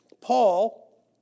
Paul